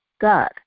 God